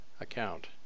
account